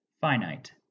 finite